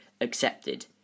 accepted